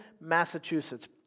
Massachusetts